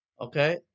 Okay